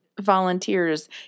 volunteers